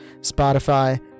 Spotify